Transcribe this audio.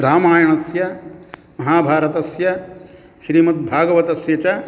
रामायणस्य महाभारतस्य श्रीमद्भागवतस्य च